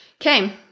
okay